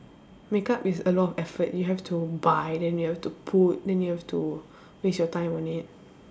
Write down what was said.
makeup is a lot of effort you have to buy then you have to put then you have to waste your time on it